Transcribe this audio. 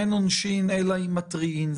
אין עונשין אלא אם מתריעין.